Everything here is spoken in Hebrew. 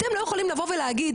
אתם לא יכולים לבוא ולהגיד,